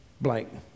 blank